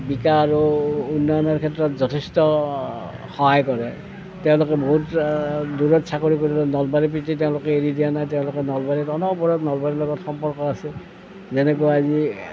বিকাশ আৰু উন্নয়নৰ ক্ষেত্ৰত যথেষ্ট সহায় কৰে তেওঁলোকে বহুত দূৰৈত চাকৰি কৰিলেও নলবাৰীৰ প্ৰীতি তেওঁলোকে এৰি দিয়া নাই তেওঁলোকে নলবাৰীৰ অনবৰত নলবাৰীৰ লগত সম্পৰ্ক আছে যেনেকুৱাই যি